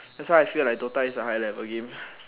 that's why I feel like DOTA is a high level game